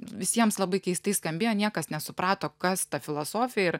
visiems labai keistai skambėjo niekas nesuprato kas ta filosofija ir